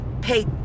pay